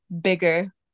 bigger